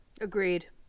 Agreed